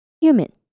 Humid